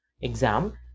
exam